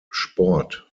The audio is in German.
sport